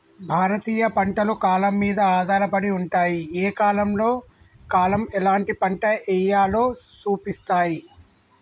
భారతీయ పంటలు కాలం మీద ఆధారపడి ఉంటాయి, ఏ కాలంలో కాలం ఎలాంటి పంట ఎయ్యాలో సూపిస్తాయి